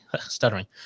stuttering